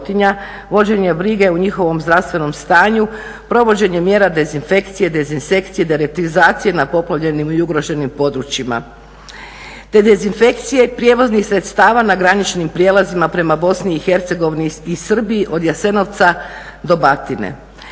vođenje brige o njihovom zdravstvenom stanju, provođenje mjera dezinfekcije, dezinsekcije, deratizacije na poplavljenim i ugroženim područjima, te dezinfekcije prijevoznih sredstava na graničnim prijelazima prema Bosni i Hercegovini i Srbiji od Jasenovca do Batine.